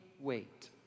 wait